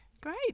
great